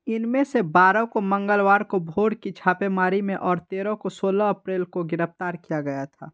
इनमें से बारह को मंगलवार को भोर की छापेमारी में और तेरह को सोलह अप्रैल को गिरफ्तार किया गया था